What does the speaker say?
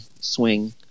swing